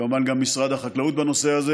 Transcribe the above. וכמובן גם משרד החקלאות בנושא הזה.